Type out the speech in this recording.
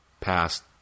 past